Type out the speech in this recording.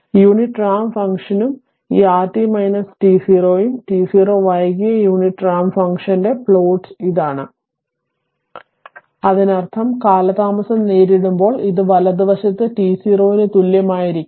അതിനാൽ unit ramp ഫംഗ്ഷനും ഈ rt t0 ഉം t0 വൈകിയ യൂണിറ്റ് റാമ്പ് ഫംഗ്ഷന്റെ പ്ലോട്ട് ഇതാണ് അതിനർത്ഥം കാലതാമസം നേരിടുമ്പോൾ അത് വലതുവശത്ത് t0 ന് തുല്യമായിരിക്കും